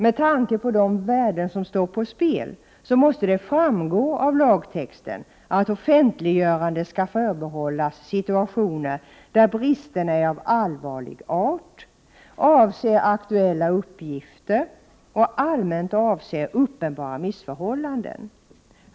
Med tanke på de värden som står på spel måste det framgå av lagtexten att offentliggöranden skall förbehållas situationer där bristerna är av allvarlig art, avser aktuella uppgifter och allmänt avser uppenbara missförhållanden.